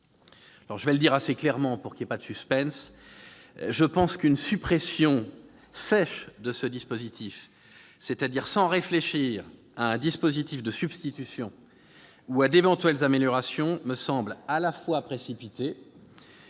Je vais le dire assez clairement pour qu'il n'y ait pas de suspense : une suppression sèche de ce dispositif, c'est-à-dire sans réfléchir à un mécanisme de substitution ou à d'éventuelles améliorations, me semble, pour plusieurs